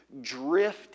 drift